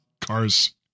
Cars